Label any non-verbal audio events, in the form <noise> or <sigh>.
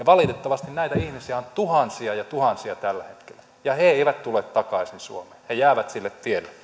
<unintelligible> valitettavasti näitä ihmisiä on tuhansia ja tuhansia tällä hetkellä ja he eivät tule takaisin suomeen he jäävät sille tielle